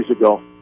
ago